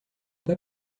pas